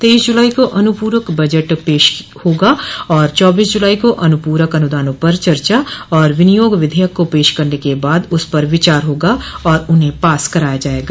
तेईस जुलाई को अनुपूरक बजट पेश होगा तथा चौबीस जुलाई को अनपूरक अनुदानों पर चर्चा और विनियोग विधेयक को पेश करने के बाद उस पर विचार होगा और उन्हें पास कराया जायेगा